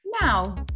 Now